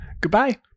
Goodbye